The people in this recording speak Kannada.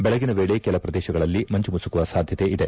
ಬೆಳಗಿನ ವೇಳೆ ಕೆಲ ಪ್ರದೇಶಗಳಲ್ಲಿ ಮಂಜು ಮುಸುಕುವ ಸಾಧ್ಯತೆ ಇದೆ